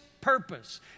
purpose